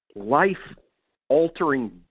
life-altering